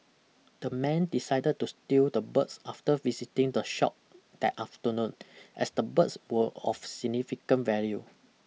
the men decided to steal the birds after visiting the shop that afternoon as the birds were of significant value